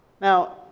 Now